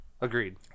Agreed